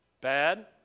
bad